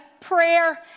prayer